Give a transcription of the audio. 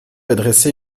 adresser